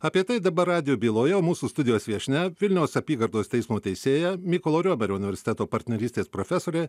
apie tai dabar radijo byloje o mūsų studijos viešnia vilniaus apygardos teismo teisėja mykolo romerio universiteto partnerystės profesorė